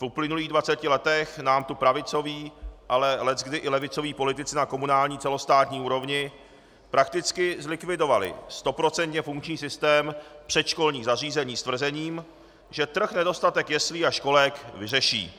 V uplynulých 20 letech nám tu pravicoví, ale leckdy i levicoví politici na komunální i celostátní úrovni prakticky zlikvidovali stoprocentně funkční systém předškolních zařízení s tvrzením, že trh nedostatek jeslí a školek vyřeší.